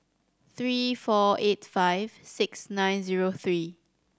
three four eight five six nine zero three